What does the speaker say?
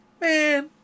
man